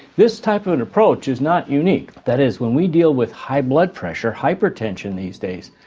this type of and approach is not unique, that is when we deal with high blood pressure, hypertension these days,